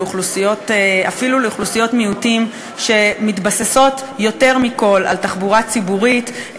ואפילו לאוכלוסיות מיעוטים שמתבססות יותר מכול על תחבורה ציבורית,